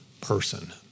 person